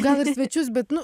gal ir svečius bet nu